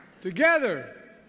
Together